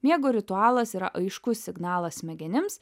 miego ritualas yra aiškus signalas smegenims